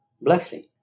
blessing